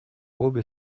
обе